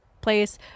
place